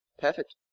Perfect